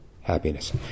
happiness